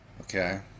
Okay